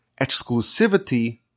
exclusivity